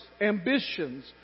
ambitions